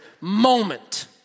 moment